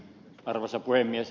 arvoisa puhemies